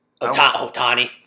Otani